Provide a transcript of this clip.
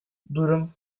durum